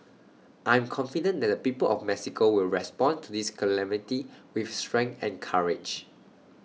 I am confident that the people of Mexico will respond to this calamity with strength and courage